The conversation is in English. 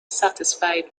satisfied